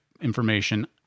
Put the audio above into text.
information